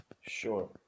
Sure